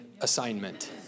assignment